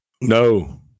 No